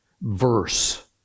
verse